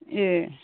ए